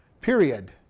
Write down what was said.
period